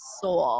soul